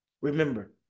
Remember